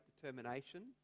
determination